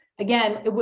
again